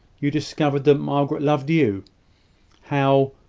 you discovered that margaret loved you how,